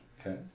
Okay